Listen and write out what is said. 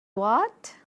what